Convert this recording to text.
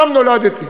שם נולדתי,